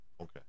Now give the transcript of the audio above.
okay